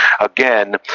again